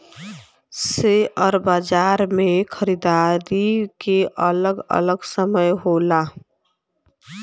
share बाजार मे खरीदारी के अलग अलग समय होला